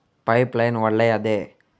Pipe line ಒಳ್ಳೆಯದೇ?